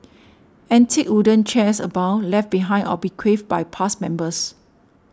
antique wooden chairs abound left behind or bequeathed by past members